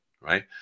right